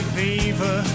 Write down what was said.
fever